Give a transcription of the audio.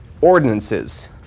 ordinances